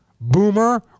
Boomer